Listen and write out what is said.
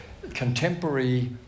contemporary